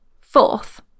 Fourth